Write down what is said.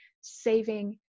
saving